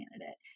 candidate